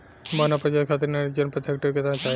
बौना प्रजाति खातिर नेत्रजन प्रति हेक्टेयर केतना चाही?